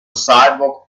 sidewalk